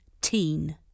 teen